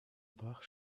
bach